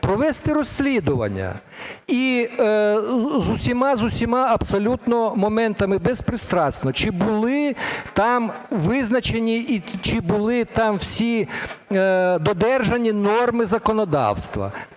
провести розслідування, і з усіма, з усіма абсолютно моментами, безпристрасно, чи були там визначені і чи були там всі додержані норми законодавства,